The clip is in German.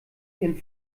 ihren